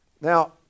Now